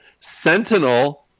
sentinel